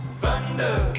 thunder